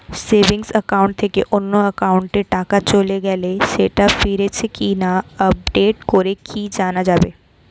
Savings account থেকে অন্য একাউন্টে টাকা চলে গেছে সেটা ফিরেছে কিনা আপডেট করে কি জানা যাবে?